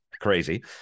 crazy